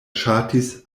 ŝatis